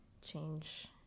change